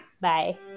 bye